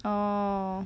orh